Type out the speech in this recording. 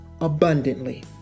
abundantly